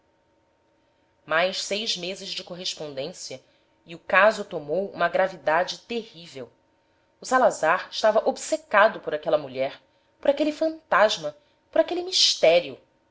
mais seis meses de correspondência e o caso tomou uma gravidade terrível o salazar estava obcecado por aquela mulher por aquele fantasma por aquele mistério